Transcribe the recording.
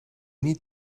need